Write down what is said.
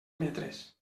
metres